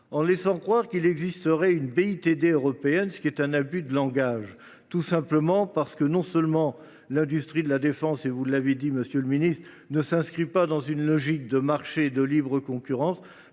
en laissant croire qu’il existerait une BITD européenne, ce qui est un abus de langage. C’est un abus de langage, parce que non seulement l’industrie de la défense – vous l’avez dit, monsieur le ministre – ne s’inscrit pas dans une logique de marché et de libre concurrence,